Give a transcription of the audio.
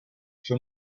for